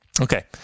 Okay